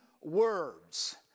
words